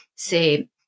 Say